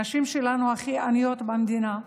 הנשים שלנו הכי עניות במדינה,